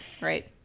right